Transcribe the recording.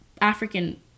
African